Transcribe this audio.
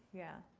yeah.